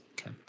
okay